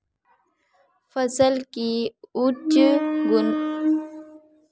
फसल की उच्च गुणवत्ता बनाए रखने के लिए क्या करें?